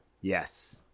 Yes